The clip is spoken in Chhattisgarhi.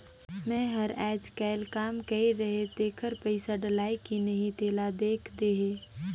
मै हर अईचकायल काम कइर रहें तेकर पइसा डलाईस कि नहीं तेला देख देहे?